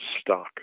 stock